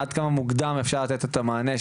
עד כמה מוקדם אפשר לתת את המענה,